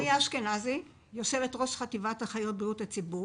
אשכנזי, יושבת-ראש חטיבת אחיות בריאות הציבור